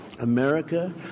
America